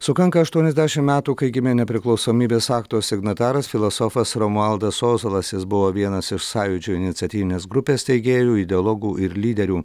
sukanka aštuoniasdešimt metų kai gimė nepriklausomybės akto signataras filosofas romualdas ozolas jis buvo vienas iš sąjūdžio iniciatyvinės grupės steigėjų ideologų ir lyderių